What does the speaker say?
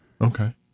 Okay